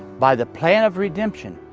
by the plan of redemption,